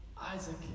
Isaac